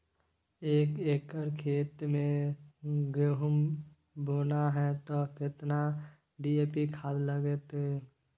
एक एकर खेत मे गहुम बोना है त केतना डी.ए.पी खाद लगतै?